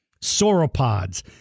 Sauropods